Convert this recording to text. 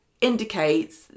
indicates